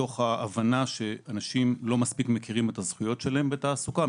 מתוך הבנה שאנשים לא מספיק מכירים את הזכויות שלהם בתעסוקה.